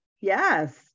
yes